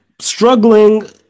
struggling